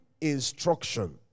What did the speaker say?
instruction